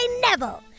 Neville